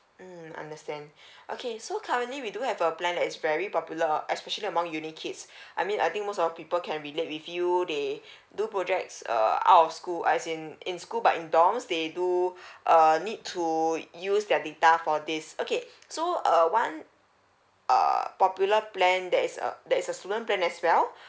mm understand okay so currently we do have a plan that is very popular uh especially among uni kids I mean I think most of people can relate with you they do projects uh out of school as in in school but in dorm they do err need to do use their data for this okay so uh one uh popular plan there's a uh that is a student plan as well